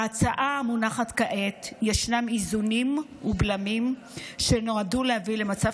בהצעה המונחת כעת ישנם איזונים ובלמים שנועדו להביא למצב